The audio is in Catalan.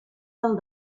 del